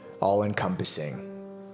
all-encompassing